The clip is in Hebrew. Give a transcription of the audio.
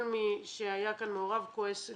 כל מי שהיה פה מעורב כועס.